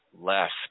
left